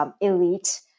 elite